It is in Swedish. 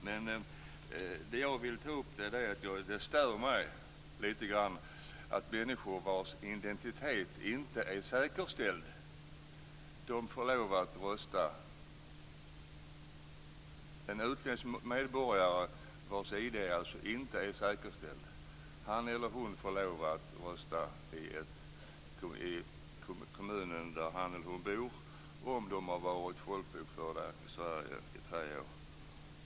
Det som jag vill ta upp är att det stör mig lite grann att människor vilkas identitet inte är säkerställd får lov att rösta. En utländsk medborgare vars identitet inte är säkerställd får lov att rösta i den kommun där han eller hon bor om han eller hon har varit folkbokförda i Sverige under tre år.